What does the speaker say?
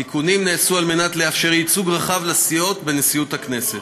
תיקונים נעשו על מנת לאפשר ייצוג רחב לסיעות בנשיאות הכנסת